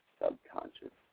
subconscious